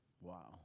Wow